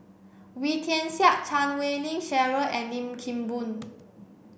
Wee Tian Siak Chan Wei Ling Cheryl and Lim Kim Boon